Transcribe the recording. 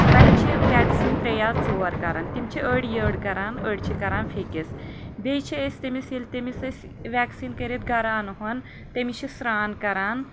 وۄنۍ چھِ وٮ۪کسیٖن ترٛےٚ یا ژور کران تِم چھِ أڈۍ یٔڈ کران أڈۍ چھِ کران پھیکِس بیٚیہِ چھِ أسۍ تٔمِس ییٚلہِ تٔمِس أسۍ وٮ۪کسیٖن کٔرتھ گرٕ انہٕ ہوٚن تٔمِس چھِ سرٛان کران